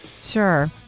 Sure